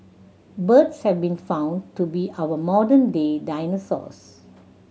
birds have been found to be our modern day dinosaurs